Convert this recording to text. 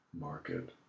market